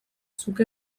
zuk